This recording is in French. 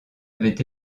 avait